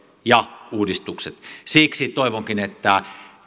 ja uudistukset siksi toivonkin että